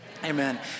Amen